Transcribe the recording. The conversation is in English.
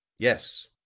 yes.